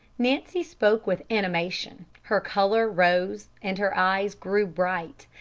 nancy spoke with animation, her color rose and her eyes grew bright,